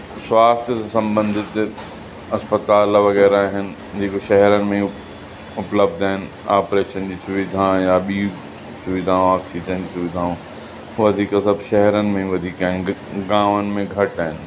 स्वास्थ सां संबंधित अस्पताल वग़ैरह आहिनि जेको शहरनि में उपलब्ध आहिनि ऑपरेशन जी सुविधा या ॿी सुविधावा थी अथनि सुविधाऊं वधीक सभु शहरन में ई वधीक आहिनि गामनि में घटि आहिनि